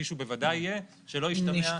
כפי שבוודאי יהיה, שלא ישמע אחרת.